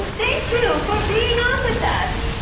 ah thank you for being on with us.